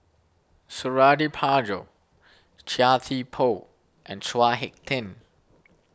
Suradi Parjo Chia Thye Poh and Chao Hick Tin